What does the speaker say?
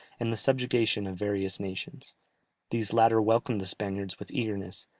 and the subjugation of various nations these latter welcomed the spaniards with eagerness,